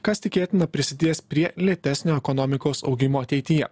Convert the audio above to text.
kas tikėtina prisidės prie lėtesnio ekonomikos augimo ateityje